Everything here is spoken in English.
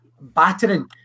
battering